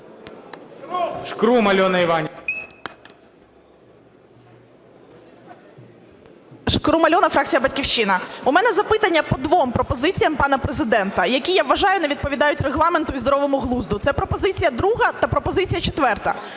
ШКРУМ А.І. Шкрум Альона, фракція "Батьківщина". У мене запитання по двом пропозиціям пана Президента, які, я вважаю, не відповідають Регламенту і здоровому глузду. Це пропозиція друга та пропозиція четверта.